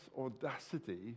audacity